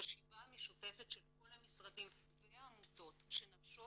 חשיבה משותפת של כל המשרדים והעמותות כדי שנחשוב